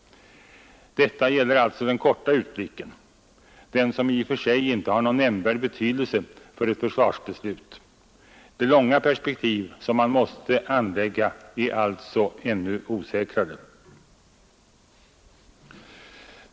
Detta gäller alltså den korta utblicken, den som i och för sig inte har någon nämnvärd betydelse för ett försvarsbeslut. Det långa perspektiv som man måste anlägga är ännu osäkrare.